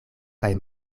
kaj